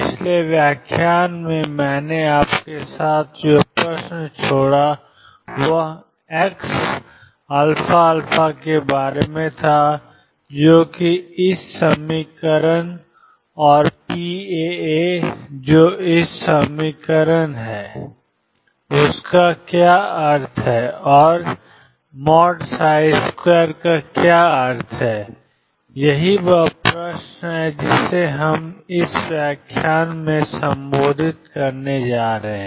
पिछले व्याख्यान में मैंने आपके साथ जो प्रश्न छोड़ा था वह xαα के बारे में था जो कि ∫2xdx और pαα जो ∫iddx dx है उनका क्या अर्थ है और 2 का क्या अर्थ है और यही वह प्रश्न है जिसे हम इस व्याख्यान में संबोधित करने जा रहे हैं